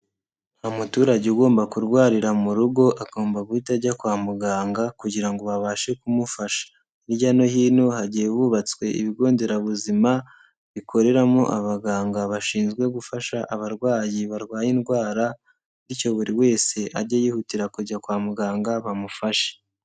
Nta muturage ugomba kurwarira mu rugo, agomba guhita ajya kwa muganga kugira ngo babashe kumufasha. Hirya no hino hagiye hubatswe ibigo nderabuzima bikoreramo abaganga bashinzwe gufasha abarwayi barwaye indwara, bityo buri wese ajye yihutira kujya kwa muganga bamufashe.